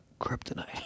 kryptonite